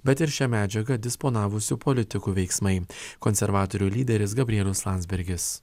bet ir šią medžiagą disponavusių politikų veiksmai konservatorių lyderis gabrielius landsbergis